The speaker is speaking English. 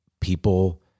people